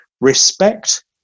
Respect